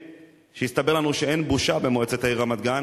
שהסתבר לנו שאין בושה במועצת העיר רמת-גן,